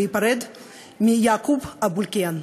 להיפרד מיעקוב אבו אלקיעאן.